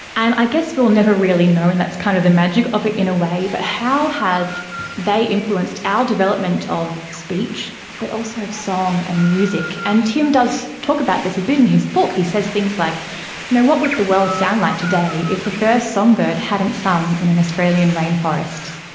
and i guess we will never really know and that's kind of the magic of it in a way, but how have they influenced our development of speech but also of song and music. and tim does talk about this a bit in his book, he says things like, you know, what would the world sound like today if the first songbird hadn't sung in an australian rainforest?